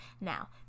now